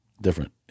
Different